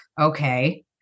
okay